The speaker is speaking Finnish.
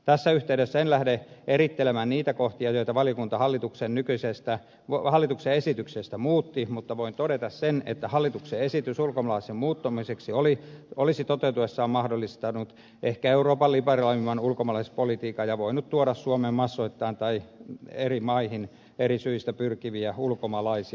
tässä yhteydessä en lähde erittelemään niitä kohtia joita valiokunta hallituksen esityksestä muutti mutta voin todeta sen että hallituksen esitys ulkomaalaislain muuttamiseksi olisi toteutuessaan mahdollistanut ehkä euroopan liberaaleimman ulkomaalaispolitiikan ja voinut tuoda suomeen massoittain eri maihin eri syistä pyrkiviä ulkomaalaisia